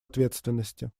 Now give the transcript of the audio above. ответственности